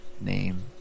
name